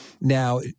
now